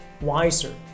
wiser